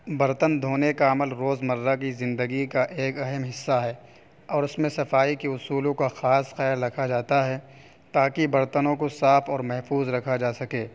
برتن دھونے کا عمل روز مرہ کی زندگی کا ایک اہم حصہ ہے اور اس میں صفائی کے اصولوں کا خاص خیال رکھا جاتا ہے تاکہ برتنوں کو صاف اور محفوظ رکھا جا سکے